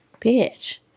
Bitch